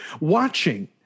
watching